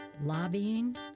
Lobbying